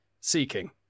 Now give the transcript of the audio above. Seeking